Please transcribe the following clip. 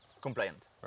compliant